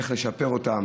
איך לשפר אותן,